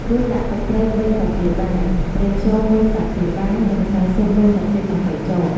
រួចដាក់ ទឹកត្រី ៣ ស្លាបព្រាបាយ ប្រេងខ្យង ១ ស្លាបព្រាបាយ និង ម្សៅស៊ុប ១ ស្លាបព្រាកាហ្វេ ចូល។